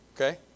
Okay